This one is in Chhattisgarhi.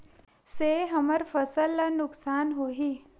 से हमर फसल ला नुकसान होही?